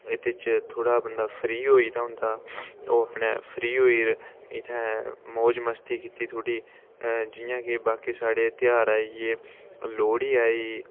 इत्त च थोह्ड़ा बंदा फ्री होई गेदा होंदा ओह् अपने फ्री होइयै इत्थै मौज मस्ती कीती थोह्ड़ी जियां कि बाकी साढ़े ध्यार आई गे लोह्ड़ी आई गेई